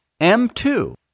M2